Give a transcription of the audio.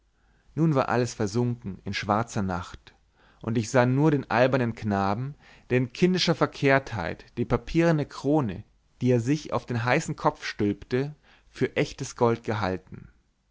nun war alles versunken in schwarze nacht und ich sah nur den albernen knaben der in kindischer verkehrtheit die papierne krone die er sich auf den heißen kopf stülpte für echtes gold gehalten